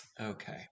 Okay